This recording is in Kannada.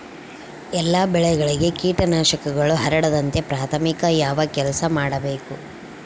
ಎಲ್ಲ ಬೆಳೆಗಳಿಗೆ ಕೇಟನಾಶಕಗಳು ಹರಡದಂತೆ ಪ್ರಾಥಮಿಕ ಯಾವ ಕೆಲಸ ಮಾಡಬೇಕು?